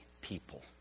people